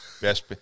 best